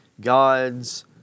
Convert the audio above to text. God's